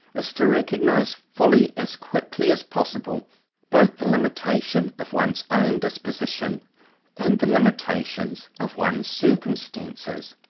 is to recognize fully as quickly as possible both the limitations of one's own disposition and the limitations of one's circumstances,